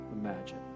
imagine